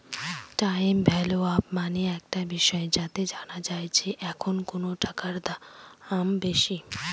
time value of money একটা বিষয় যাতে জানা যায় যে এখন কোনো টাকার দাম বেশি